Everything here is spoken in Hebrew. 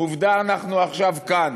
עובדה, אנחנו עכשיו כאן,